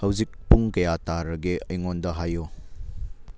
ꯍꯧꯖꯤꯛ ꯄꯨꯡ ꯀꯌꯥ ꯇꯥꯔꯒꯦ ꯑꯩꯉꯣꯟꯗ ꯍꯥꯏꯌꯨ